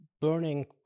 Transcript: burning